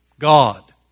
God